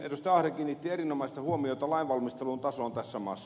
ahde kiinnitti erinomaista huomiota lainvalmistelun tasoon tässä maassa